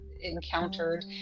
encountered